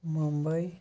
Mumbai